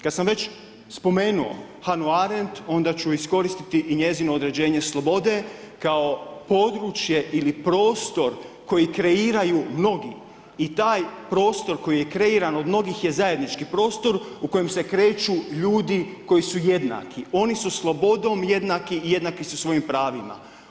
Kad sam već spomenuo Hannah Arendt, onda ću iskoristiti i njezino određene slobode kao područje ili prostor koji kreiraju mnogi i taj prostor koji j kreiran od mnogih je zajednički prostor u kojem se kreću ljudi koji su jednaki, oni su slobodnom jednaki i jednaki su svojim pravima.